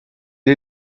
est